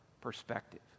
perspective